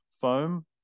foam